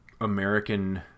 American